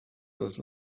does